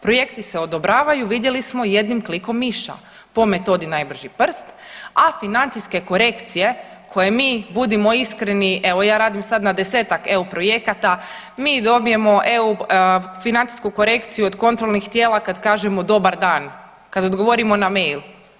Projekti se odobravaju vidjeli smo i jednim klikom miša po metodi najbrži prst, a financijske korekcije koje mi budimo iskreni, evo ja radim sad na 10-ak EU projekata mi dobijemo EU financijsku korekciju od kontrolnih tijela kad kažemo dobar dan, kad odgovorimo na mail.